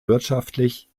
wirtschaftlich